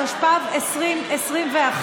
התשפ"ב 2021,